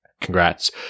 congrats